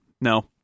no